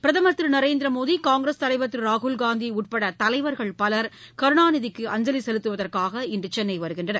பிரதமர் திரு நரேந்திரமோடி காங்கிரஸ் தலைவர் திரு ராகுல்காந்தி உட்பட தலைவர்கள் பலர் கருணாநிதிக்கு அஞ்சலி செலுத்துவதற்காக இன்று சென்னை வருகின்றனர்